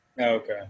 Okay